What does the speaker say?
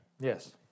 Yes